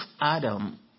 Adam